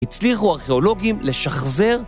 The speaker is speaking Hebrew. הצליחו ארכיאולוגים לשחזר